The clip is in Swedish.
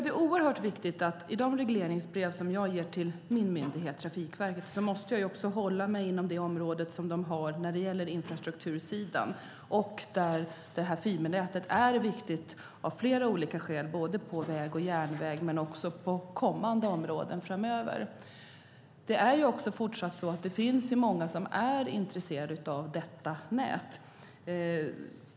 Det är oerhört viktigt att jag i de regleringsbrev som jag ger till min myndighet Trafikverket håller mig inom deras område när det gäller infrastruktursidan. Fibernätet är viktigt av fler olika skäl på både väg och järnväg men också på kommande områden. Det finns fortsatt många som är intresserade av detta nät.